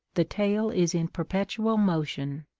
the tail is in perpetual motion,